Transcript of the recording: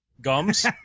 Gums